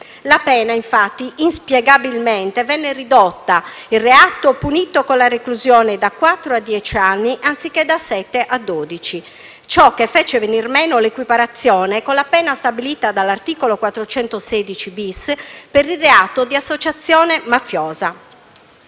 La pena, infatti, venne inspiegabilmente ridotta e il reato punito con la reclusione da quattro a dieci anni, anziché da sette a dodici e ciò fece venir meno l'equiparazione con la pena stabilita dall'articolo 416-*bis* per il reato di associazione mafiosa.